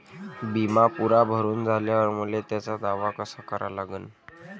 बिमा पुरा भरून झाल्यावर मले त्याचा दावा कसा करा लागन?